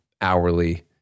hourly